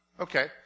Okay